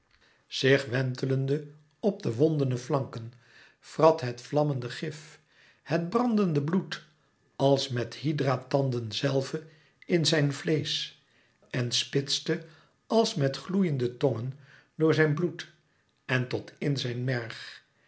zich wentelde op de wondene flanken vrat het vlammende gif het brandende bloed als met hydra tanden zelve in zijn vleesch en spitste als met gloeiende tongen door zijn bloed en tot in zijn merg